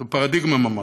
זו פרדיגמה ממש.